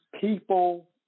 People